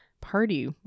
party